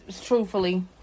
Truthfully